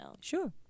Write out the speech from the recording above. sure